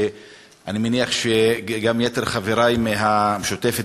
ואני מניח שגם אל יתר חברי מהמשותפת,